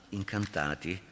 incantati